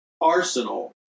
arsenal